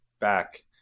back